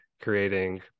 creating